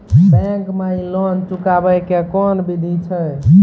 Bank माई loan चुकाबे के कोन बिधि छै?